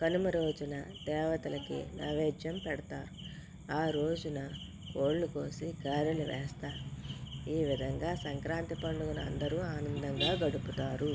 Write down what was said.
కనుమ రోజున దేవతలకి నైవేద్యం పెడతారు ఆ రోజున కోళ్లు కోసి గారెలు వేస్తారు ఈ విధంగా సంక్రాంతి పండుగను అందరూ ఆనందంగా గడుపుతారు